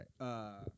right